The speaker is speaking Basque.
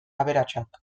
aberatsak